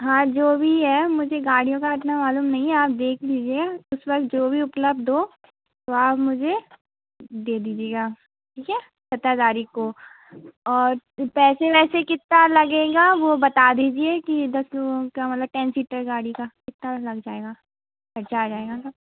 हाँ जो भी है मुझे गाड़ियों का उतना मालूम नहीं है आप देख लीजिए उस वक़्त जो भी उपलब्ध हो तो आप मुझे दे दीजिएगा ठीक है सत्रह तारिख़ को और पैसे वैसे कितना लगेगा वो बता दीजिए कि दस लोगों का मतलब टेन सीटर गाड़ी का कितना लग जाएगा चार्ज आएगा